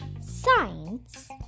Science